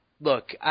Look